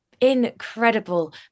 incredible